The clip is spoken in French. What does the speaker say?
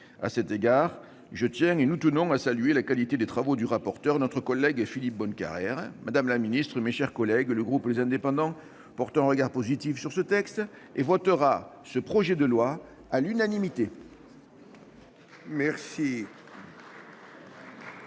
À cet égard, nous tenons à saluer la qualité des travaux du rapporteur, notre collègue Philippe Bonnecarrère. Madame la ministre, mes chers collègues, le groupe Les Indépendants porte un regard positif sur ce texte et votera ce projet de loi à l'unanimité. Madame